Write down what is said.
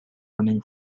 running